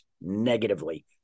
negatively